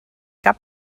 cap